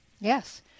Yes